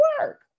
work